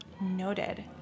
Noted